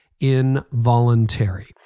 involuntary